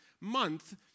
month